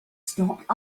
stopped